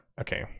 Okay